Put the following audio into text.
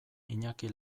iñaki